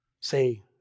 say